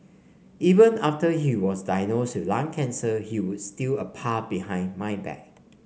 even after he was diagnosed with lung cancer he would steal a puff behind my back